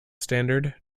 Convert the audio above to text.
standard